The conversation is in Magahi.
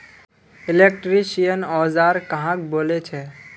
इलेक्ट्रीशियन औजार कहाक बोले छे?